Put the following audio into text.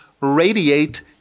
radiate